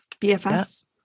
BFS